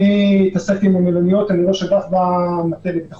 אני ראש אגף במטה לביטחון לאומי,